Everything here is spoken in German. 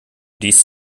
dies